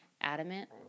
adamant